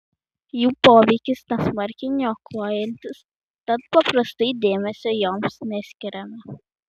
jų poveikis nesmarkiai niokojantis tad paprastai dėmesio joms neskiriame